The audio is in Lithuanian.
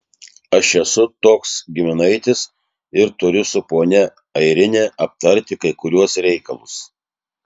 aš esu toks giminaitis ir turiu su ponia airine aptarti kai kuriuos reikalus